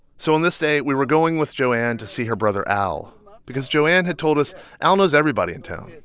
so on this day, we were going with joanne to see her brother al because joanne had told us al knows everybody in town,